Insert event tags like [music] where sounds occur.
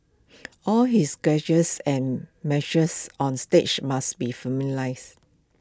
all his gestures and [unintelligible] on stage must be [unintelligible]